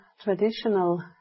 traditional